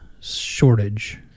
shortage